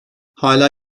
hâlâ